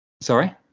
sorry